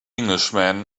englishman